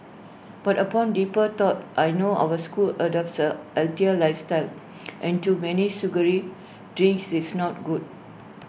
but upon deeper thought I know our school adopts A lifestyle and too many sugary drinks is not good